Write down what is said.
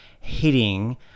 hitting